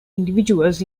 individuals